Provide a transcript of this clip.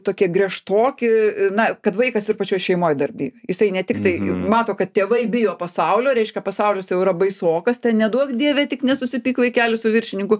tokie griežtoki na kad vaikas ir pačioj šeimoj dar bijo jisai ne tiktai mato kad tėvai bijo pasaulio reiškia pasaulis jau yra baisokas ten neduok dieve tik nesusipyk vaikeli su viršininku